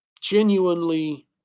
genuinely